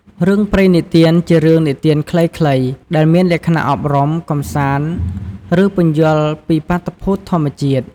រឿងព្រេងនិទាន ជារឿងនិទានខ្លីៗ ដែលមានលក្ខណៈអប់រំ កម្សាន្ត ឬពន្យល់ពីបាតុភូតធម្មជាតិ។